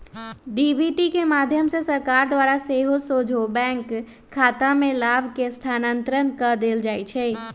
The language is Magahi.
डी.बी.टी के माध्यम से सरकार द्वारा सेहो सोझे बैंक खतामें लाभ के स्थानान्तरण कऽ देल जाइ छै